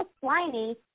slimy